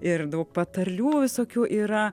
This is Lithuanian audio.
ir daug patarlių visokių yra